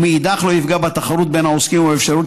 ומאידך גיסא לא יפגע בתחרות בין העוסקים ובאפשרות